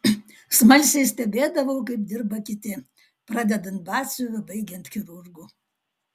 smalsiai stebėdavau kaip dirba kiti pradedant batsiuviu baigiant chirurgu